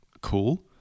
cool